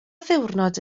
ddiwrnod